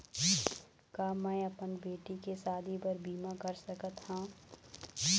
का मैं अपन बेटी के शादी बर बीमा कर सकत हव?